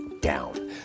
down